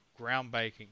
groundbreaking